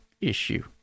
issue